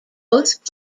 both